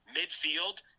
midfield –